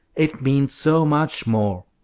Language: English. it means so much more!